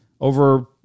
over